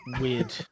weird